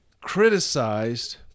criticized